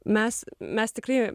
mes mes tikrai